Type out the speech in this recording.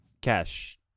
Cash